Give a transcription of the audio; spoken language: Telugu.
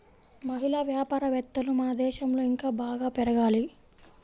మహిళా వ్యాపారవేత్తలు మన దేశంలో ఇంకా బాగా పెరగాలి